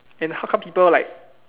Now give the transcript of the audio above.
and how come people like